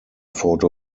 photo